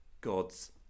God's